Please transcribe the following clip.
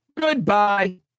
goodbye